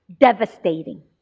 devastating